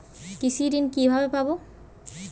কৃষি ঋন কিভাবে পাব?